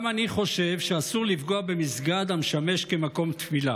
גם אני חושב שאסור לפגוע במסגד המשמש כמקום תפילה,